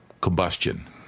combustion